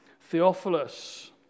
Theophilus